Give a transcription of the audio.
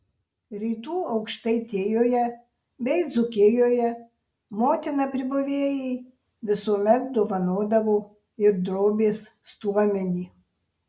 rytų aukštaitijoje bei dzūkijoje motina pribuvėjai visuomet dovanodavo ir drobės stuomenį